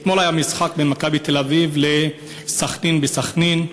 אתמול היה משחק בין "מכבי תל-אביב" ל"בני סח'נין" בסח'נין.